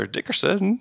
Dickerson